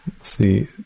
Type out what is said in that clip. see